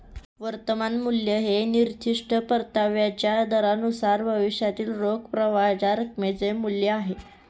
वर्तमान मूल्य हे निर्दिष्ट परताव्याच्या दरानुसार भविष्यातील रोख प्रवाहाच्या रकमेचे मूल्य आहे